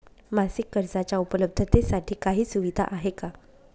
मासिक कर्जाच्या उपलब्धतेसाठी काही सुविधा आहे का?